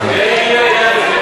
היא כנראה מייצגת.